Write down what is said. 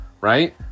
Right